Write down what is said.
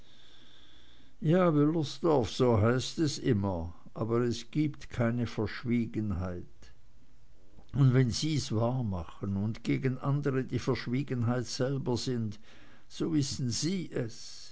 ja wüllersdorf so heißt es immer aber es gibt keine verschwiegenheit und wenn sie's wahrmachen und gegen andere die verschwiegenheit selber sind so wissen sie es